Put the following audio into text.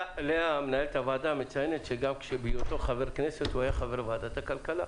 מנהלת הוועדה מציינת שגם בהיותו חבר כנסת הוא היה חבר בוועדת הכלכלה.